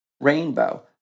rainbow